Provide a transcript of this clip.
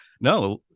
no